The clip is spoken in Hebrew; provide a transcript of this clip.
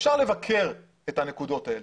אפשר לבקר את הנקודות האלה,